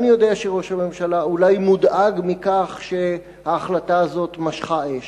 ואני יודע שראש הממשלה אולי מודאג מכך שההחלטה הזאת משכה אש.